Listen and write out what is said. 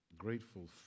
grateful